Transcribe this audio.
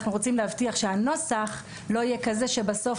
אנחנו רוצים להבטיח שהנוסח לא יהיה כזה שבסוף